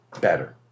better